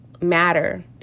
matter